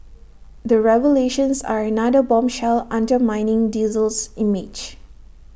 the revelations are another bombshell undermining diesel's image